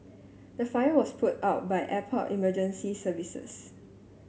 the fire was put out by airport emergency services